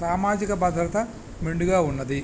సామాజిక భద్రత మెండుగా ఉన్నది